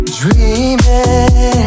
dreaming